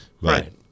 Right